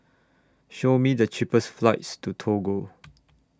Show Me The cheapest flights to Togo